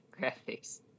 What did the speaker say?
graphics